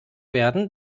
werden